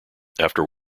after